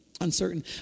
uncertain